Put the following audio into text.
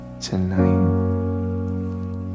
tonight